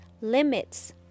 limits